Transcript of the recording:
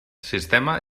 sistema